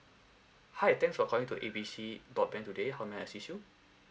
hi thanks for calling to A B C broadband today how may I assist you